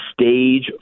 stage